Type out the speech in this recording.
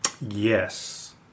Yes